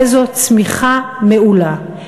איזו צמיחה מעולה,